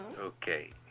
Okay